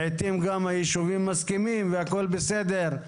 לעתים גם היישובים מסכימים והכל בסדר,